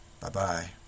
Bye-bye